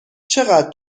چقدر